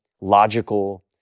logical